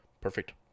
perfect